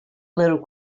little